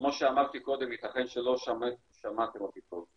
כמו שאמרתי קודם, ייתכן שלא שמעתם אותי טוב,